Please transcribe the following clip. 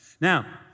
Now